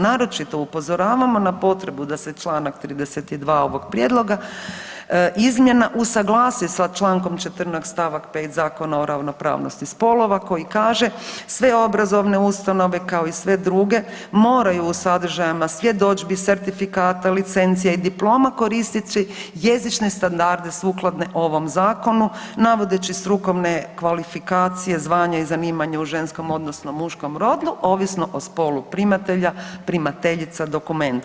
Naročito upozoravamo na potrebu da se čl. 32. ovog prijedloga izmjena usuglasi sa čl. 14. st. 5. Zakona o ravnopravnosti spolova koji kaže, sve obrazovane ustanove kao i sve druge moraju u sadržajima svjedodžbi, certifikata, licencija i diploma koristeći jezične standarde sukladno ovom zakonu navodeći strukovne kvalifikacije, zvanja i zanimanja u ženskom odnosno muškom rodu ovisno o spolu primatelja, primateljica dokumenta.